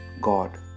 God